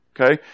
Okay